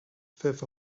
fifth